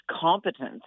competence